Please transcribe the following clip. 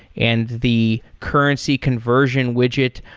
and the currency conversion widget.